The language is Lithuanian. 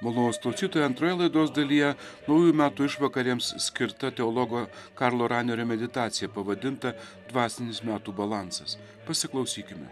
malonūs klausytojai antroje laidos dalyje naujųjų metų išvakarėms skirta teologo karlo ranerio meditacija pavadinta dvasinis metų balansas pasiklausykime